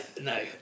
no